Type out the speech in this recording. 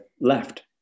left